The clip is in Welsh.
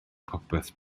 popeth